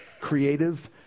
Creative